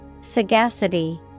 Sagacity